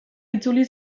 itzuli